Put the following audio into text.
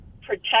protect